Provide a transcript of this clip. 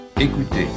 Écoutez